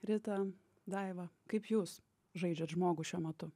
rita daiva kaip jūs žaidžiat žmogų šiuo metu